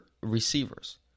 receivers